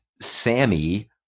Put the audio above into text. Sammy